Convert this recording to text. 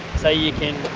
so you can